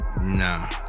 Nah